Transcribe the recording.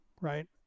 right